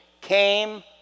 came